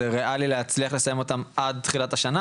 זה ריאלי לסיים אותם עד תחילת השנה,